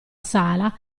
sala